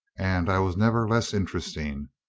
and i was never less interesting.